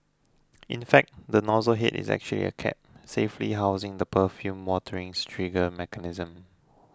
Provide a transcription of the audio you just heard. in fact the nozzle head is actually a cap safely housing the perfumed waterings trigger mechanism